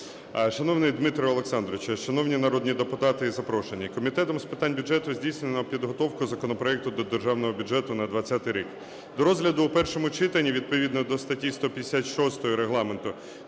Шановний Дмитре Олександровичу, шановні народні депутати і запрошені! Комітетом з питань бюджету здійснено підготовку законопроекту до державного бюджету на 20-й рік. До розгляду в першому читанні відповідно до статті 156 Регламенту